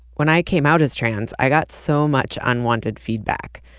when i came out as trans, i got so much unwanted feedback.